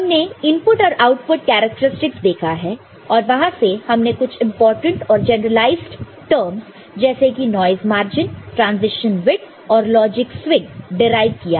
हमने इनपुट और output characteristics देखा है और वहां से हमने कुछ इंपॉर्टेंट और जनरलाइजड टर्मस जैसे कि नॉइस मार्जिन ट्रांसीशन विडत और लॉजिक स्विंग डिराइव किया